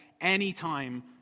anytime